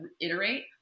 iterate